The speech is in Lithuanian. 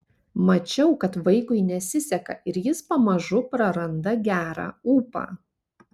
mačiau kad vaikui nesiseka ir jis pamažu praranda gerą ūpą